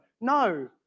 No